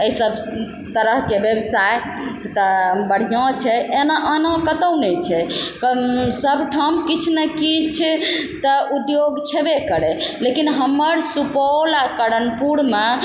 अइ सब तरहके व्यवसाय तऽ बढ़िआँ छै एना एनो कतहु नहि छै सब ठाम किछु ने किछु तऽ उद्योग छेबे करय लेकिन हमर सुपौल आओर करनपुरमे